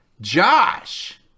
Josh